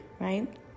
right